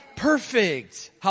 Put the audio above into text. Perfect